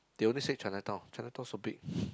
they only say Chinatown Chinatown so big